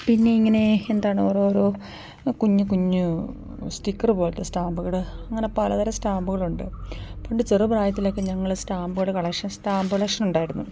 പിന്നെ ഇങ്ങനെ എന്താണ് ഓരോരോ കുഞ്ഞ് കുഞ്ഞ് സ്റ്റിക്കർ പോലത്തെ സ്റ്റാമ്പുകൾ അങ്ങനെ പല തരം സ്റ്റാമ്പുകളുണ്ട് പണ്ട് ചെറു പ്രായത്തിലൊക്കെ ഞങ്ങൾ സ്റ്റാമ്പുകളുടെ കളക്ഷൻ സ്റ്റാമ്പ് കളക്ഷൻ ഉണ്ടായിരുന്നു